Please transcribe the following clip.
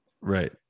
Right